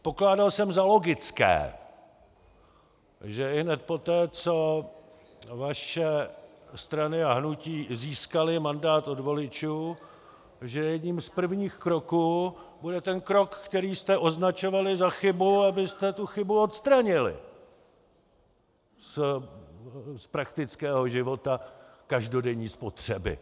Pokládal jsem za logické, že ihned poté, co vaše strany a hnutí získaly mandát od voličů, jedním z prvních kroků bude ten krok, který jste označovali za chybu, abyste tu chybu odstranili z praktického života každodenní spotřeby.